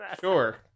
Sure